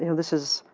you know this is,